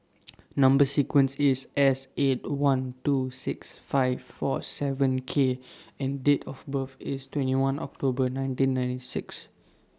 Number sequence IS S eight one two six five four seven K and Date of birth IS twenty one October nineteen ninety six